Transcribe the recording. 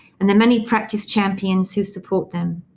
and the many practice champions who support them,